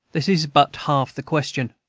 this is but half the question.